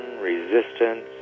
resistance